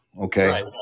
Okay